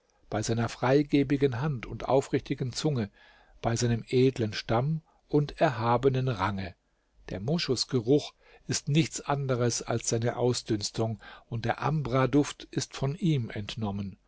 bei seiner freigebigen hand und aufrichtigen zunge bei seinem edlen stamm und erhabenen range der moschusgeruch ist nichts anderes als seine ausdünstung und der ambraduft ist von ihm entnommen